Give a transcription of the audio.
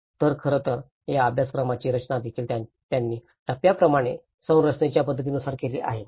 तर खरं तर या अभ्यासक्रमाची रचनादेखील त्यांनी टप्प्याप्रमाणे संरचनेच्या पद्धतीनुसार केली आहे